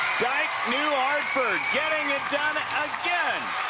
dyke new ah hartford getting it done again